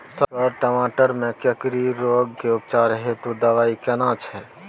Sir टमाटर में कोकरि रोग के उपचार हेतु दवाई केना छैय?